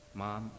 mom